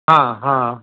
हा हा